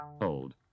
Old